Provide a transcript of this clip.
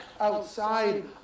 outside